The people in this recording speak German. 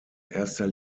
erster